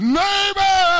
neighbor